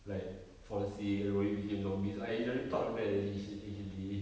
like fall sick everybody became zombies I already thought of that already actu~ actually